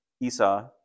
Esau